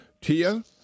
Tia